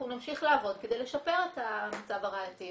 אנחנו נמשיך לעבוד כדי לשפר את המצב הראייתי.